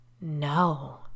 No